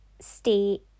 stay